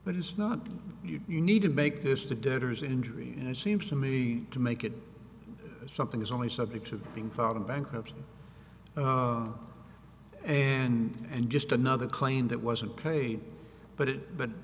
but it's not you you need to make this the debtors injury and it seems to me to make it something is only subject to being found in bankruptcy and just another claim that wasn't paid but it but